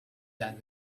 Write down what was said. that